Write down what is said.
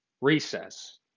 recess